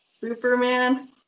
Superman